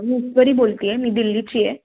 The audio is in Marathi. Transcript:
मी ईश्वरी बोलत आहे मी दिल्लीची आहे